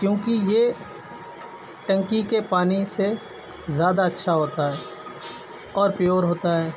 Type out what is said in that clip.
کیوں کہ یہ ٹنکی کے پانی سے زیادہ اچھا ہوتا ہے اور پیور ہوتا ہے